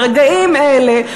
ברגעים אלה,